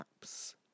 apps